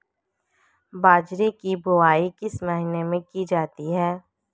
बाजरे की बुवाई किस महीने में की जाती है?